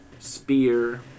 Spear